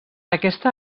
aquesta